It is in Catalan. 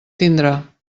tindrà